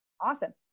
awesome